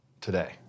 today